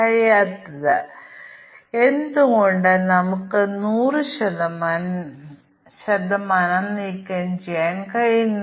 അതിനാൽ output values ചില മൂല്യങ്ങളും ഇൻപുട്ടും കാരണമാകുന്നു